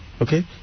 Okay